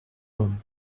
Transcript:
room